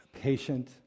patient